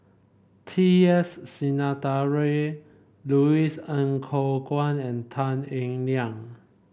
T S Sinnathuray Louis Ng Kok Kwang and Tan Eng Liang